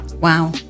Wow